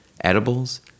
edibles